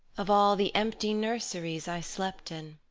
of all the empty nurseries i slept in.